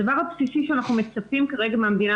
הדבר הבסיסי שאנחנו מצפים כרגע מהמדינה